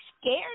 scared